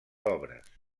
obres